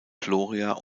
gloria